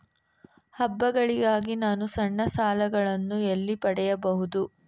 ಹಬ್ಬಗಳಿಗಾಗಿ ನಾನು ಸಣ್ಣ ಸಾಲಗಳನ್ನು ಎಲ್ಲಿ ಪಡೆಯಬಹುದು?